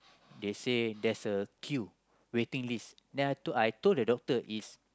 they say there's a queue waiting list then I I told the doctor is